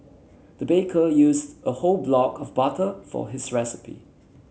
the baker used a whole block of butter for his recipe